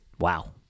wow